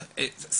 נגיד,